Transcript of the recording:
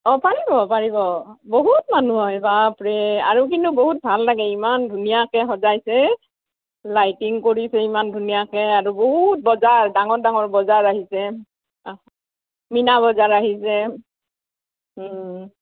অঁ পাৰিব পাৰিব বহুত মানুহ আহে বাপৰে আৰু কিন্তু বহুত ভাল লাগে ইমান ধুনীয়াকৈ সজাইছে লাইটিং কৰিছে ইমান ধুনীয়াকৈ আৰু বহুত বজাৰ ডাঙৰ ডাঙৰ বজাৰ আহিছে অঁ মিনাবজাৰ আহিছে